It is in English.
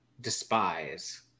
despise